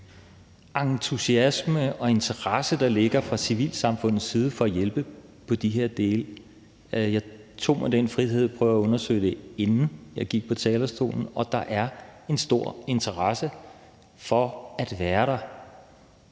interesse og entusiasme, der er fra civilsamfundets side i forhold til at hjælpe på de her dele. Jeg tog mig den frihed at prøve at undersøge det, inden jeg gik på talerstolen, og der er en stor interesse for at være der.